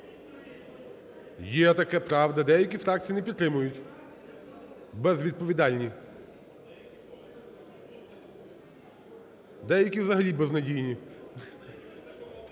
Є таке, правда. Деякі фракції не підтримують – безвідповідальні. Деякі взагалі безнадійні.